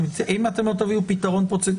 אם אתם לא תביאו פתרון פרוצדורלי.